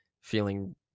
feeling